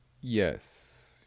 Yes